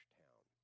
town